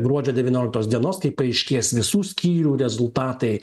gruodžio devynioliktos dienos kai paaiškės visų skyrių rezultatai